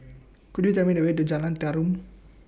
Could YOU Tell Me The Way to Jalan Tarum